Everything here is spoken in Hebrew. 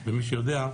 ומי שיודע,